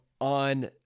on